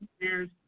Cheers